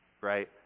right